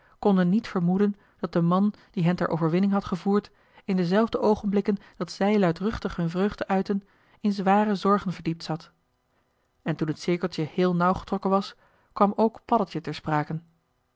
konden niet vermoeden dat de man die hen ter overwinning had gevoerd in dezelfde oogenblikken dat zij luidruchtig hun vreugde uitten in zware zorgen verdiept zat en toen het cirkeltje heel nauw getrokken was kwam ook paddeltje ter sprake